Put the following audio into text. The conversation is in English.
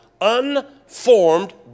unformed